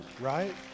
right